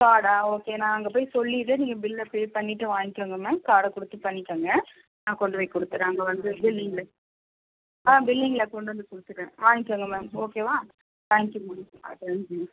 கார்டா okay நான் அங்கே போய் சொல்லிடுறேன் நீங்கள் பில்லை பே பண்ணிட்டு வாங்கிக்கோங்க மேம் கார்டை கொடுத்து பண்ணிக்கங்க நான் கொண்டு போய் கொடுத்துறேன் அங்கே வந்து பில்லு ஆ பில்லிங்கில் கொண்டு வந்து கொடுத்துட்டேன் வாங்க்கங்க மேம் ஓகேவா தேங்க்கியூ மேம் ஆ தேங்க்கியூ